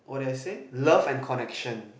what did I say love and connection